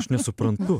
aš nesuprantu